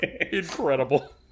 Incredible